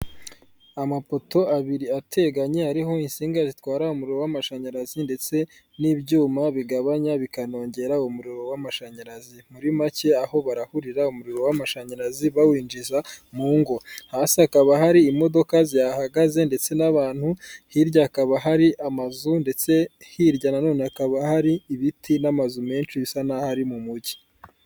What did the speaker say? Amapoto abiri ateganye ariho insinga zitwara umuriro w'amashanyarazi ndetse n'ibyuma bigabanya bikanongera umuriro w'amashanyarazi, muri make aho barahurira umuriro w'amashanyarazi bawinjiza mu ngo, hasi hakaba hari imodoka zihahagaze ndetse n'abantu, hirya hakaba hari amazu ndetse hirya naho hakaba hari ibiti n'amazu menshi bisa n'aho ari mu mujyi.